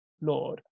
Lord